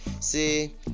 See